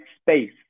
space